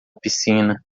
piscina